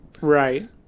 right